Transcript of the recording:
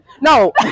No